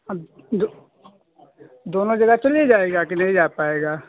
अब दो दोनों जगह चले जाएगा कि नहीं जा पाएगा